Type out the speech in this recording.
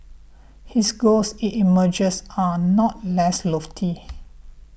his goals it emerges are not less lofty